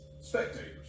spectators